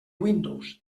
windows